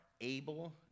able